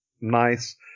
nice